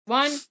One